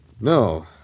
No